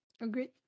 Agreed